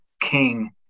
king